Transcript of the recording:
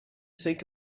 think